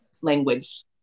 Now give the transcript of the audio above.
language